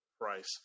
price